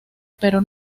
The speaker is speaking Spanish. pero